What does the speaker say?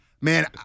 man